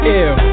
ill